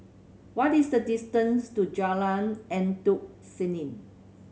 what is the distance to Jalan Endut Senin